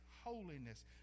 holiness